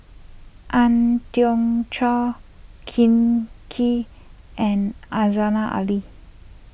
Ang Hiong Chiok Ken Kee and asana Ali